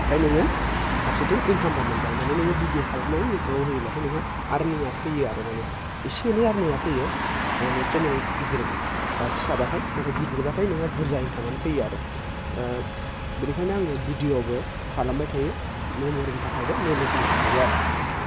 ओमफ्राय नोङो फारसेथिं इन्कामबो मोनबाय माने नोङो भिडिअ खालामनानै इउटुबाव होयोब्लाथाय नोंहा आरनिंआ फैयो आरो माने इसे एनै आरनिंआ फैयो माने चेनेल आ गिदिर फिसाब्लाथाय नाथाय गिदिरब्लाथाय नोंहा बुरजा इन्कामानो फैयो आरो बिनिखायनो आङो भिडिअबो खालामबाय थायो मेम'रिनि थाखायबो नलेजनि थाखायबो आरो